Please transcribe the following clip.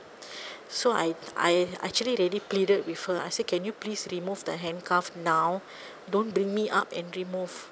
so I I actually really pleaded with her I say can you please remove the handcuff now don't bring me up and remove